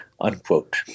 unquote